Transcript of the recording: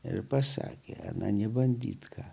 ir pasakė ana nebandyti ką